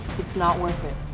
it's not worth it.